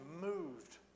moved